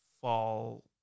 fall